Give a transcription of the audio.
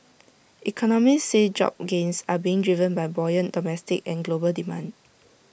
economists say job gains are being driven by buoyant domestic and global demand